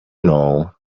know